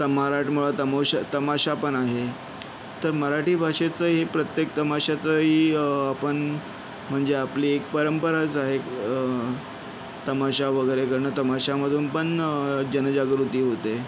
तर मराठमोळा तमोशा तमाशापण आहे तर मराठी भाषेचं हे प्रत्येक तमाशाचाही आपण म्हणजे आपली एक परंपराच आहे तमाशा वगैरे करण तमाशामधून पण जनजागृती होते